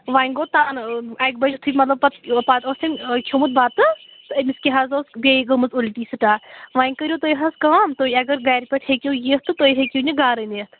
وۅنۍ گوٚو تَنہٕ اَکہِ بَجہِ یُتھُے مطلب پَتہٕ پَتہٕ ٲس أمۍ أکۍ کھیوٚمُت بَتہٕ تہٕ أمِس کیٛاہ حظ ٲس بیٚیہِ گٲمٕژ اُلٹی سِٹاٹ وۅںۍ کٔرِو تُہۍ حظ کٲم تُہۍ اگر گَرِ پیٚٹھ ہیٚکِو یِتھ تہٕ تُہۍ ہیٚکہوٗن یہِ گَرٕ نِتھ